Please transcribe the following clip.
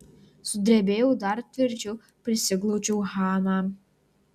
sudrebėjau dar tvirčiau prisiglaudžiau haną